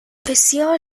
بسیار